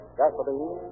gasoline